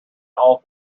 all